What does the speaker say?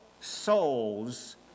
souls